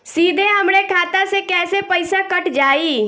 सीधे हमरे खाता से कैसे पईसा कट जाई?